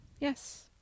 Yes